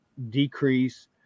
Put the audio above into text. decrease